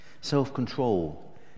Self-control